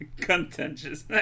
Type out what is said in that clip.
contentious